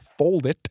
Foldit